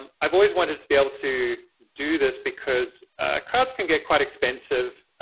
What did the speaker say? um i've always wanted to be able to do this because crowds can get quite expensive.